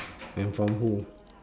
and from who